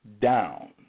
down